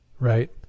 Right